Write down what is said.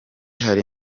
hari